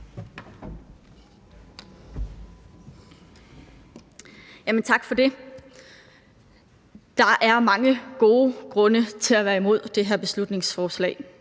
Tak for det. Der er mange gode grunde til at være imod det her beslutningsforslag.